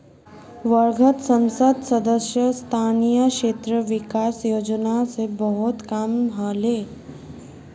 वर्धात संसद सदस्य स्थानीय क्षेत्र विकास योजना स बहुत काम ह ले